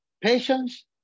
patience